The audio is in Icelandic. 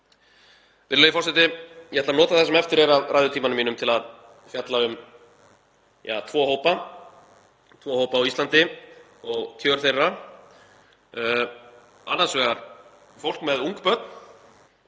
Virðulegi forseti. Ég ætla að nota það sem eftir er af ræðutíma mínum til að fjalla um tvo hópa á Íslandi og kjör þeirra, annars vegar fólk með ung börn